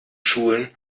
schulen